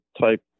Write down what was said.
type